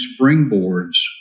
springboards